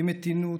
עם מתינות,